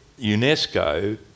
UNESCO